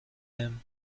him